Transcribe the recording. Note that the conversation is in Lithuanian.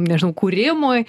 nežinau kūrimui